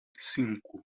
cinco